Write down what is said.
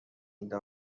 ایده